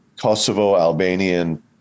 Kosovo-Albanian